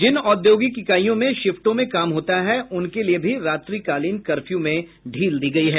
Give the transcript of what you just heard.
जिन औद्योगिक इकाइयों में शिफ्टों में काम होता है उनके लिए भी रात्रि कालीन कर्फ्यू में ढील दी गई है